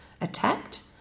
attacked